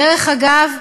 דרך אגב,